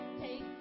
take